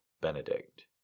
Benedict